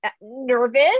nervous